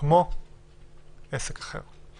כמו עסק אחר.